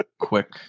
quick